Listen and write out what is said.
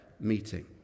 meeting